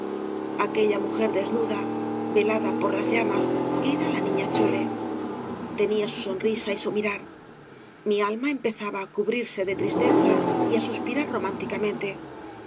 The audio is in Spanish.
aquella mujer desnuda velada por las llamas era la niña chole tenía su sonrisa y su mirar mi alma empezaba á cubrirse de tristeza y á suspirar románticamente